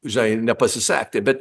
žinai nepasisekti bet